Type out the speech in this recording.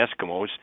Eskimos